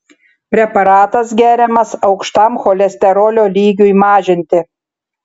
preparatas geriamas aukštam cholesterolio lygiui mažinti